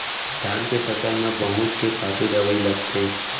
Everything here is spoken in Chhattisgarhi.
धान के फसल म बहुत के खातू दवई लगथे